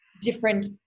different